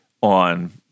on